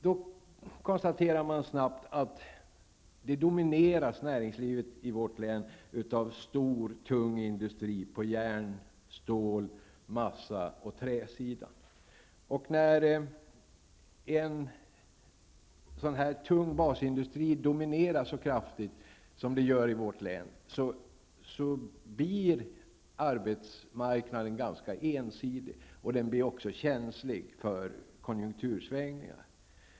Man konstaterar då snabbt att näringslivet i vårt län domineras av stor, tung industri på järn-, stål-, massa och träsidan. När en sådan tung basindustri dominerar så kraftigt som den gör i vårt län blir arbetsmarknaden ganska ensidig, och den blir också känslig för konjunktursvängningar.